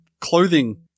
clothing